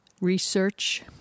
research